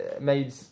made